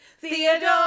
Theodore